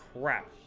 crap